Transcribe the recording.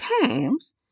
times